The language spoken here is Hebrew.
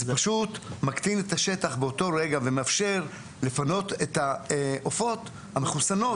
זה פשוט מקטין את השטח באותו רגע ומאפשר לפנות את העופות המחוסנים.